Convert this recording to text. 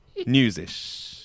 newsish